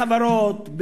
לחברות,